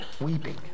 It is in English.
Weeping